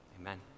Amen